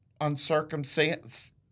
uncircumcised